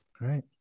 right